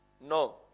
no